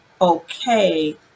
okay